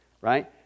right